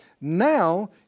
now